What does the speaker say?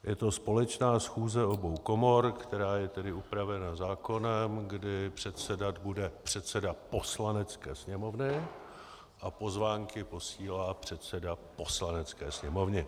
Je to společná schůze obou komor, která je tedy upravena zákonem, kdy předsedat bude předseda Poslanecké sněmovny a pozvánky posílá předseda Poslanecké sněmovny.